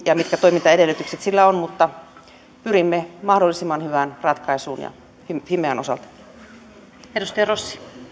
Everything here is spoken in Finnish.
mitkä toimintaedellytykset sillä on mutta pyrimme mahdollisimman hyvään ratkaisuun fimean osalta